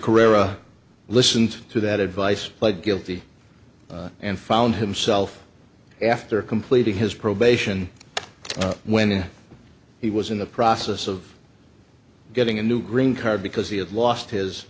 career i listened to that advice pled guilty and found himself after completing his probation when he was in the process of getting a new green card because he had lost his